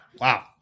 Wow